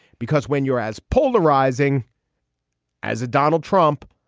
because when you're as polarizing as a donald trump,